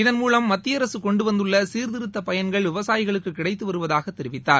இதன்மூலம் மத்திய அரசு கொண்டுவந்துள்ள சீர்திருத்த பயன்கள் விவசாயிகளுக்கு கிடைத்து வருவதாக தெரிவித்தார்